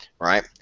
right